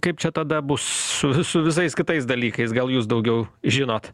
kaip čia tada bus su visais kitais dalykais gal jūs daugiau žinot